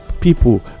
people